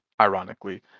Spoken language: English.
ironically